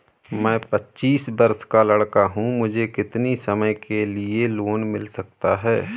मैं पच्चीस वर्ष का लड़का हूँ मुझे कितनी समय के लिए लोन मिल सकता है?